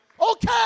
Okay